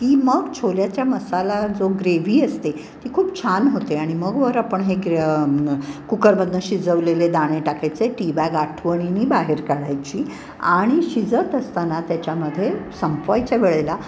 की मग छोल्याच्या मसाला जो ग्रेव्ही असते ती खूप छान होते आणि मग वर आपण हे कुकरमधनं शिजवलेले दाणे टाकायचे टी बॅग आठवणीनी बाहेर काढायची आणि शिजत असताना त्याच्यामध्ये संपवायच्या वेळेला